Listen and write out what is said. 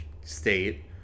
state